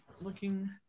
Looking